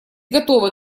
готовы